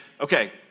okay